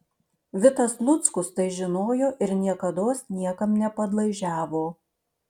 vitas luckus tai žinojo ir niekados niekam nepadlaižiavo